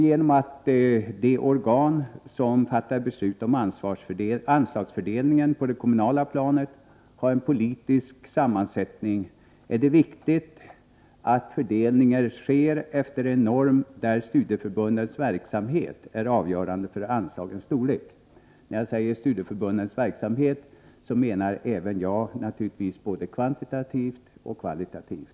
Genom att de organ som fattar beslut om anslagsfördelningen på det kommunala planet har en politisk sammansättning, är det viktigt att fördelningen sker efter en norm där studieförbundens verksamhet är avgörande för anslagens storlek. När jag säger studieförbundens verksamhet menar även jag naturligtvis både kvantitativt och kvalitativt.